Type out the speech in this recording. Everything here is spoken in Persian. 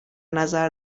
نظر